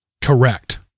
correct